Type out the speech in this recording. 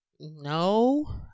no